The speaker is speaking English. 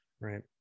Right